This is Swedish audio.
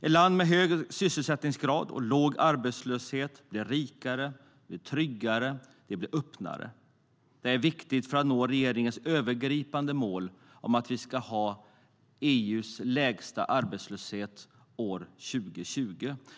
Ett land med hög sysselsättningsgrad och låg arbetslöshet blir rikare, tryggare och öppnare. Det är viktigt för att nå regeringens övergripande mål om att vi ska ha EU:s lägsta arbetslöshet år 2020.